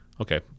Okay